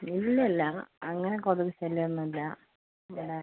ഇല്ല ഇല്ല അങ്ങനെ കൊതുക് ശല്യമൊന്നുല്ല ഇവിടെ